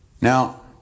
Now